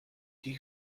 this